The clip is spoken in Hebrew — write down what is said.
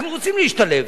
אנחנו רוצים להשתלב.